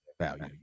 value